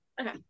Okay